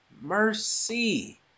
Mercy